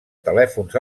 telèfons